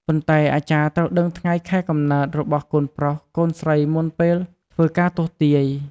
ប៉ុន្តែអាចារ្យត្រូវដឺងថ្ងែ ខែ កំណើត របស់កូនប្រុសកូនស្រីមុនពេលធ្វើការទស្សន៍ទាយ។